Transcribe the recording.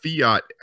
fiat